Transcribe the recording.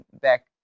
back